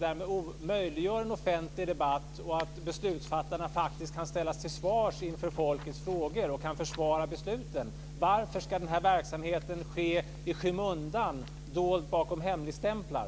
Därigenom möjliggör vi en offentlig debatt där beslutsfattarna faktiskt kan ställas till svars, svara på folkets frågor och försvara besluten. Varför ska denna verksamhet ske i skymundan, dold bakom hemligstämplar?